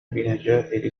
بنجاحي